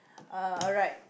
uh alright